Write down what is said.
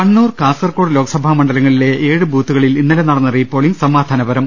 കണ്ണൂർ കാസർഗോഡ് ലോക് സഭാ മണ്ഡലങ്ങളിലെ ഏഴ് ബൂത്തുക ളിൽ ഇന്നലെ നടന്ന റീ പോളിംഗ് സമാധാനപരം